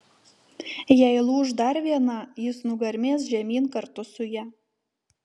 jei lūš dar viena jis nugarmės žemyn kartu su ja